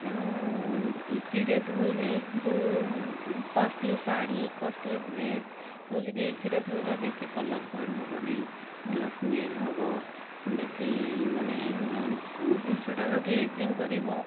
ତେଣୁ ଇଜିରେ ଧୋଇଲେ ଯେଉଁ କଷ୍ଟଲି ଶାଢ଼ୀ କଷ୍ଟଲି ଡ୍ରେସ୍ ତାକୁ ଯଦି ଇଜିରେ ଧୋଇବା ବେଶୀ କଲର୍ ଫେଡ଼୍ ହେବନି ଭଲ ସ୍ମେଲ୍ ହେବ ବେଶୀ ମାନେ ଜିନିଷଟାର ଗ୍ଲେଜିଙ୍ଗ୍ କରିବ